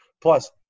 Plus